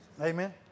Amen